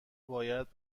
باید